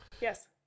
Yes